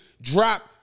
drop